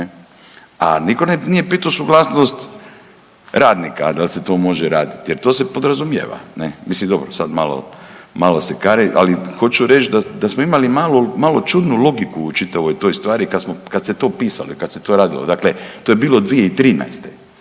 A nitko nije pitao suglasnost radnika da se to može raditi jer to se podrazumijeva, ne? Mislim dobro, sad malo .../Govornik se ne razumije./... ali hoću reći da smo imali malo, malo čudnu logiku u čitavoj toj stvari kad se to pisalo i kad se to radilo, dakle to je bilo 2013.,